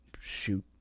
shoot